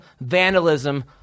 vandalism